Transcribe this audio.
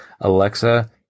Alexa